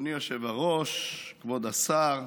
אדוני היושב בראש, כבוד השר,